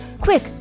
Quick